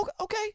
okay